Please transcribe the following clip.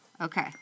Okay